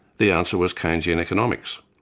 the answer was keynesian economics,